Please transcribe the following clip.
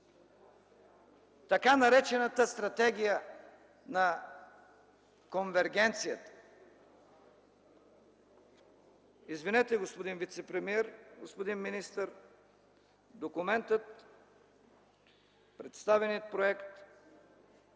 така наречената Стратегия на конвергенцията. Извинете, господин вицепремиер, господин министър, документът – представеният проект,